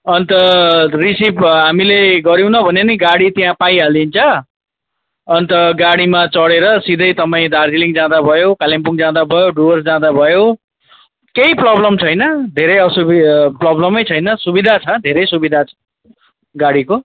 अन्त रिसिभ हामीले गरिउन भने नि गाडी त्यहाँ पाइहालिन्छ अन्त गाडीमा चढेर सिधै तपाईँ दार्जिलिङ जाँदा भयो कालिम्पोङ जाँदा भयो डुवर्स जाँदा भयो केही प्रब्लम छैन धेरै असुविधा प्रब्लमै छैन सुविधा छ धेरै सुविधा छ गाडीको